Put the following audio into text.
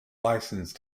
licensed